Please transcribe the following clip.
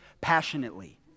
passionately